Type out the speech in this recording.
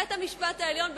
בית-המשפט העליון,